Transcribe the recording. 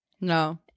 No